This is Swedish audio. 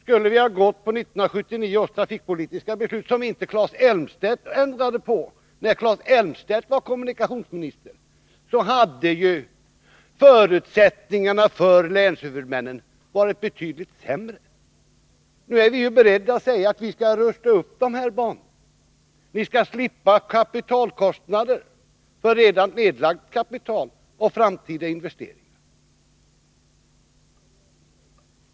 Skulle vi ha följt 1979 års trafikpolitiska beslut — som Claes Elmstedt inte ändrade på när han var kommunikationsminister — hade förutsättningarna för länshuvudmännen varit betydligt sämre. Nu är vi beredda att säga att vi skall rusta upp de här banorna — man skall slippa kapitalkostnader för redan nedlagt kapital och framtida investeringar.